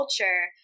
culture